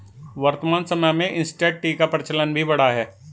वर्तमान समय में इंसटैंट टी का प्रचलन भी बढ़ा है